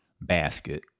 basket